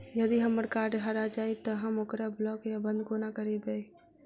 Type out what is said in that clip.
यदि हम्मर कार्ड हरा जाइत तऽ हम ओकरा ब्लॉक वा बंद कोना करेबै?